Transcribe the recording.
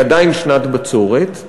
היא עדיין שנת בצורת.